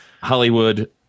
Hollywood